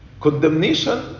Condemnation